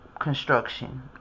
construction